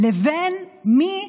לבין מי